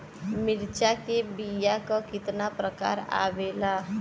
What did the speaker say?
मिर्चा के बीया क कितना प्रकार आवेला?